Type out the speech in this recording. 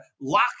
lock